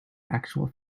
actual